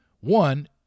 one